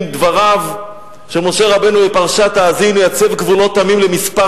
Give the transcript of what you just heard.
דבריו של משה רבנו בפרשת האזינו: "יצב גבולות עמים למספר